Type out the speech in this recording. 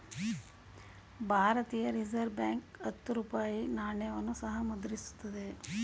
ಭಾರತೀಯ reserve bank ಹತ್ತು ರೂಪಾಯಿ ನಾಣ್ಯಗಳನ್ನು ಸಹ ಮುದ್ರಿಸುತ್ತಿದೆ